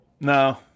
No